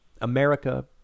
America